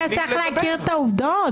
כי אתה צריך להכיר את העובדות.